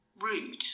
rude